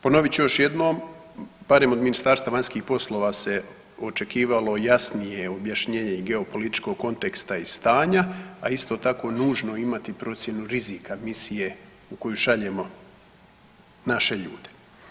Ponovit ću još jednom, barem od Ministarstva vanjskih poslova se očekivalo jasnije objašnjenje i geopolitičkog konteksta i stanja, a isto tako je nužno imati i procjenu rizika misije u koju šaljemo naše ljude.